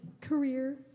career